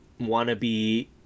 wannabe